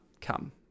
come